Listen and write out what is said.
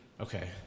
okay